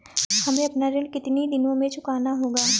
हमें अपना ऋण कितनी दिनों में चुकाना होगा?